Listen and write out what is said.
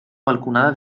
balconada